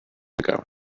ago